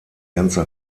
ganze